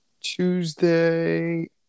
Tuesday